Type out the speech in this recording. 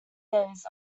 days